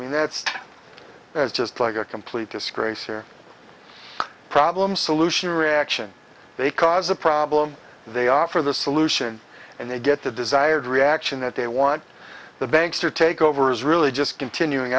mean that's that's just like a complete disgrace here problem solution reaction they cause a problem they offer the solution and they get the desired reaction that they want the banks to take over is really just continuing